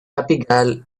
abigail